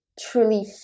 truly